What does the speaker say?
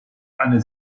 eine